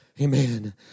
Amen